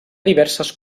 diverses